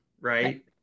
right